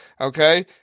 Okay